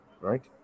right